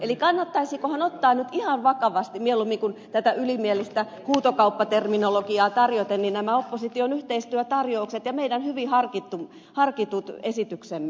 eli kannattaisikohan ottaa nyt ihan vakavasti mieluummin kuin tätä ylimielistä huutokauppaterminologiaa tarjoten nämä opposition yhteistyötarjoukset ja meidän hyvin harkitut esityksemme